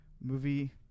movie